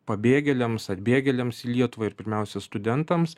pabėgėliams atbėgėliams į lietuvą ir pirmiausia studentams